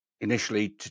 initially